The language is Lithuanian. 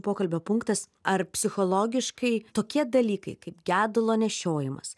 pokalbio punktas ar psichologiškai tokie dalykai kaip gedulo nešiojimas